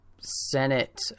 Senate